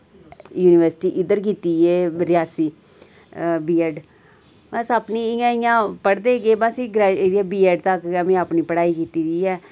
university इद्धर कीती एह् रेआसी बीएड अस अपनी इयां इयां पढ़दे गे बस ऐ गरे इयै बीएड तक गै मैं अपनी पढ़ाई कीती दी ऐ